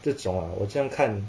这种 ah 我这样看